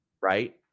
right